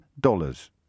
dollars